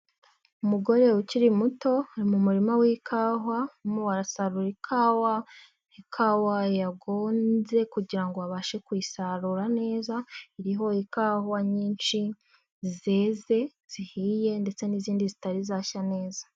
Umugore ukiri muto, ari mu murima w'ikawa, barimo barasarura ikawa, ni kawa yagonze kugirango abashe kuyisarura neza, iriho ikawa nyinshi zeze zihiye ndetse n'izindi zitari zashya neza.